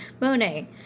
Monet